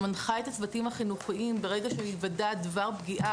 שמנחה את הצוותים החינוכיים שברגע היוודע דבר פגיעה